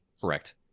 correct